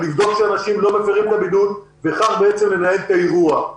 לבדוק שאנשים לא מפרים את הבידוד וכך בעצם לנהל את האירוע.